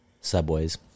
Subways